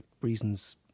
reasons